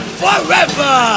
forever